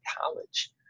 college